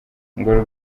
ngo